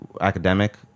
academic